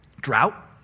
drought